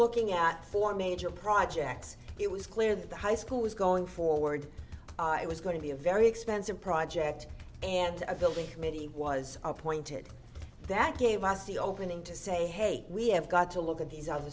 looking at four major projects it was clear that the high school was going forward it was going to be a very expensive project and a building committee was appointed that gave us the opening to say hey we have got to look at these